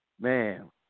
Man